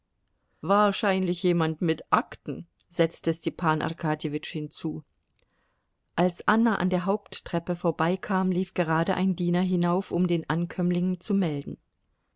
wahrscheinlich jemand mit akten setzte stepan arkadjewitsch hinzu als anna an der haupttreppe vorbeikam lief gerade ein diener hinauf um den ankömmling zu melden